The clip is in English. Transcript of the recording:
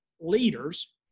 leaders